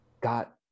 got